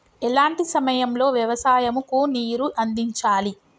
ఎలాంటి సమయం లో వ్యవసాయము కు నీరు అందించాలి?